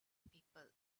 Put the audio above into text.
people